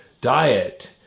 Diet